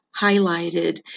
highlighted